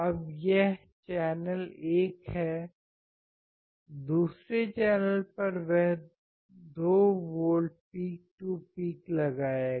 अब यह चैनल एक है दूसरे चैनल पर वह 2 वोल्ट पीक टू पीक लगाएगा